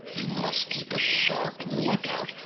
you must keep a sharp lookout,